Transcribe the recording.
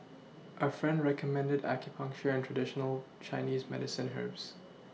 a friend recommended acupuncture and traditional Chinese medicine herbs